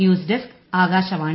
news desk Akashvani